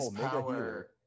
power